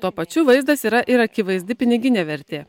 tuo pačiu vaizdas yra ir akivaizdi piniginė vertė